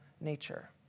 nature